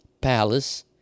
palace